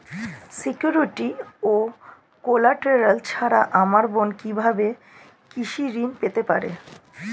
Security ও collateral ছাড়া আমার বোন কিভাবে কৃষি ঋন পেতে পারে?